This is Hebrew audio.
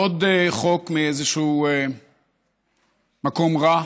עוד חוק מאיזשהו מקום רע,